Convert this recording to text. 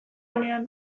onean